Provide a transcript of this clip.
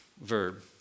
verb